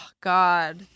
God